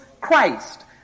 Christ